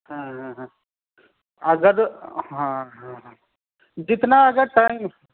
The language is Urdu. ہاں ہاں ہاں اگر ہاں ہاں ہاں جتنا اگر ٹائم